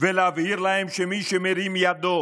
ולהבהיר להם שמי שמרים ידו